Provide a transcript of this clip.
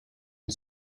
une